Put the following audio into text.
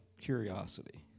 Curiosity